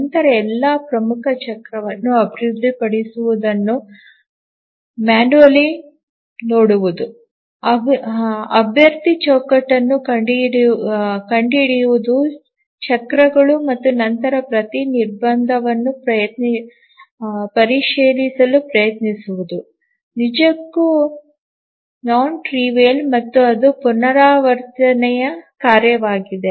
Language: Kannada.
ನಂತರ ಎಲ್ಲಾ ಪ್ರಮುಖ ಚಕ್ರವನ್ನು ಅಭಿವೃದ್ಧಿಪಡಿಸುವುದನ್ನು ಹಸ್ತಚಾಲಿತವಾಗಿ ನೋಡುವುದು ಅಭ್ಯರ್ಥಿ ಚೌಕಟ್ಟನ್ನು ಕಂಡುಹಿಡಿಯುವುದು ಚಕ್ರಗಳು ಮತ್ತು ನಂತರ ಪ್ರತಿ ನಿರ್ಬಂಧವನ್ನು ಪರಿಶೀಲಿಸಲು ಪ್ರಯತ್ನಿಸುವುದು ನಿಜಕ್ಕೂ ಕ್ಷುಲ್ಲಕವಲ್ಲ ಮತ್ತು ಅದು ಪುನರಾವರ್ತನೆಯ ಕಾರ್ಯವಾಗಿದೆ